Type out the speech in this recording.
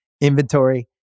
inventory